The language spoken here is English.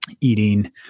eating